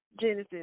Genesis